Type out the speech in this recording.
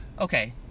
okay